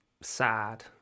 sad